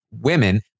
women